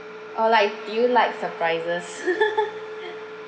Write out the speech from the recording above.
uh like do you like surprises